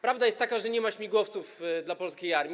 Prawda jest taka, że nie ma śmigłowców dla polskiej armii.